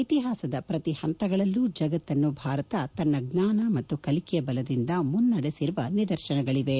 ಇತಿಹಾಸದ ಪ್ರತಿ ಪಂತಗಳಲ್ಲೂ ಜಗತ್ತನ್ನು ಭಾರತ ತನ್ನ ಜ್ವಾನ ಮತ್ತು ಕಲಿಕೆಯ ಬಲದಿಂದ ಮುನ್ನೆಡಸಿರುವ ನಿದರ್ಶನಗಳಿವೆ